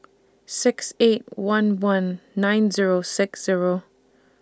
six eight one one nine Zero six Zero